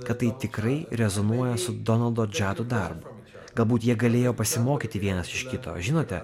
kad tai tikrai rezonuoja su donaldo džado darbu galbūt jie galėjo pasimokyti vienas iš kito žinote